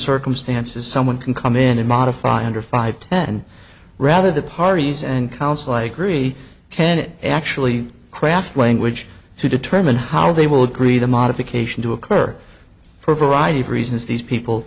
circumstances someone can come in and modify under five ten rather the parties and council i agree can it actually craft language to determine how they will agree the modification to occur for a variety of reasons these people